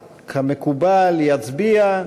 כמקובל, יצביע.